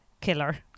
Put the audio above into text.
Killer